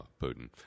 Putin